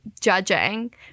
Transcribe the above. judging